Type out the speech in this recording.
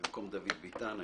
במקום דוד ביטן.